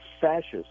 fascists